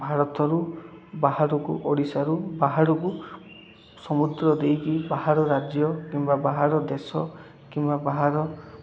ଭାରତରୁ ବାହାରକୁ ଓଡ଼ିଶାରୁ ବାହାରକୁ ସମୁଦ୍ର ଦେଇକି ବାହାର ରାଜ୍ୟ କିମ୍ବା ବାହାର ଦେଶ କିମ୍ବା ବାହାର